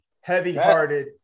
Heavy-hearted